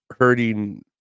hurting